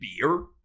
beer